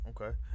Okay